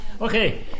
Okay